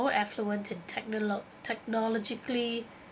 more affluent and technolog~ technologically